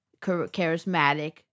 charismatic